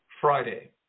Friday